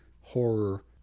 horror